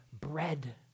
bread